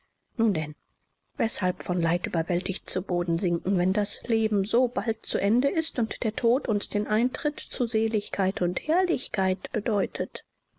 nun denn weshalb von leid überwältigt zu boden sinken wenn das leben so bald zu ende ist und der tod uns den eintritt zu seligkeit und herrlichkeit bedeutet